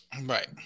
right